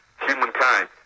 Humankind